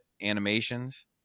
animations